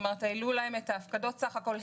כלומר העלו להם את ההפקדות בסך הכול,